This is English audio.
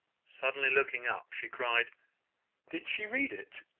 suddenly looking up, she cried did she read it?